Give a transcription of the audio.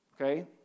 okay